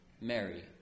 Mary